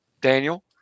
Daniel